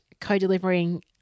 co-delivering